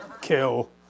kill